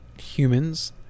humans